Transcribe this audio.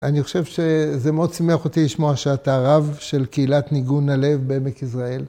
אני חושב שזה מאוד שימח אותי לשמוע שאתה רב של קהילת ניגון הלב בעמק יזרעאל.